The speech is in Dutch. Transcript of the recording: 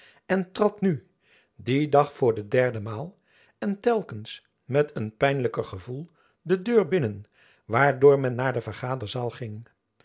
en trad nu dien dag voor de derde maal en telkens met een pijnlijker gevoel de deur binnen waardoor men naar de vergaderzaal ging